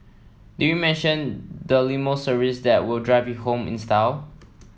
did we mention the limo service that will drive you home in style